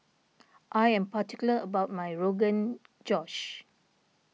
I am particular about my Rogan Josh